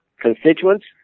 constituents